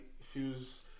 feels